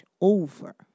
over